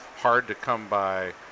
hard-to-come-by